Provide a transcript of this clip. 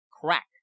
crack